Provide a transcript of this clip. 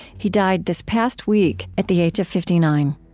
he died this past week at the age of fifty nine